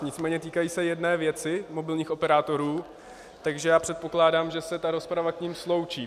Nicméně týkají se jedné věci, mobilních operátorů, takže já předpokládám, že se ta rozprava k nim sloučí.